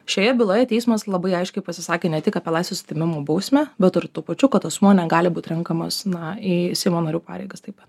šioje byloje teismas labai aiškiai pasisakė ne tik apie laisvės atėmimo bausmę bet ir tuo pačiu kad asmuo negali būt renkamas na į seimo narių pareigas taip pat